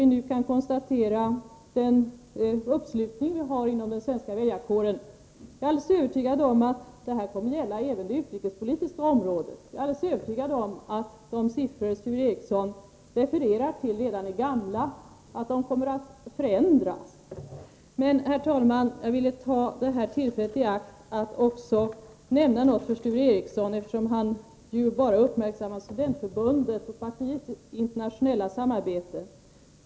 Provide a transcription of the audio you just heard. Vi kan konstatera den uppslutning vi nu har inom den svenska väljarkåren, och jag är alldeles övertygad om att detta kommer att gälla även på det utrikespolitiska området och att de siffror Sture Ericson refererar till redan är gamla och kommer att förändras. Jag vill emellertid ta tillfället i akt för att nämna något för Sture Ericson, eftersom han bara uppmärksammar studentförbundets och partiets internationella samarbete.